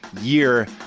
year